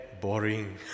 boring